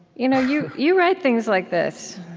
you know you you write things like this